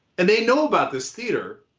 and they know about this theater.